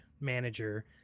manager